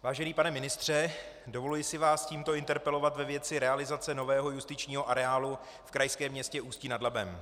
Vážený pane ministře, dovoluji si vás tímto interpelovat ve věci realizace nového justičního areálu v krajském městě Ústí nad Labem.